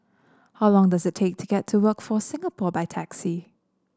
how long does it take to get to Workforce Singapore by taxi